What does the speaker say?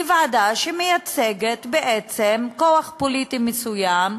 ועדה שמייצגת בעצם כוח פוליטי מסוים,